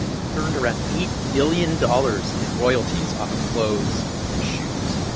he earned around eight million dollars in royalties off of clothes and shoes.